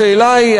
השאלה היא,